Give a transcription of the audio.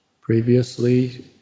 Previously